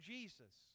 Jesus